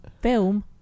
film